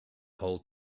whole